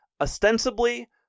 Ostensibly